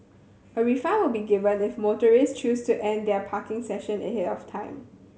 a refund will be given if motorist choose to end their parking session ahead of time